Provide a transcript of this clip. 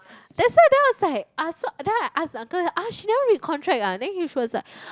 that's why then I was like ah so then I ask uncle ah she never read contract ah then he was like